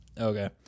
Okay